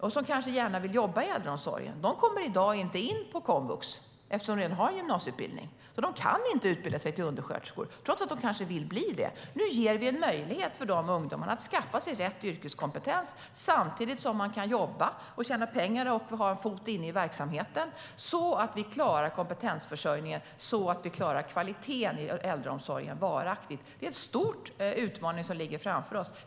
De kanske gärna vill jobba inom äldreomsorgen, men i dag kommer de inte in på komvux eftersom de redan har en gymnasieutbildning. De kan inte utbilda sig till undersköterskor, trots att de kanske vill bli det. Nu ger vi en möjlighet för dessa ungdomar att skaffa sig rätt yrkeskompetens och samtidigt jobba, tjäna pengar och ha en fot inne i verksamheten. Då klarar vi kompetensförsörjningen och kvaliteten i äldreomsorgen varaktigt. Det är en stor utmaning som ligger framför oss.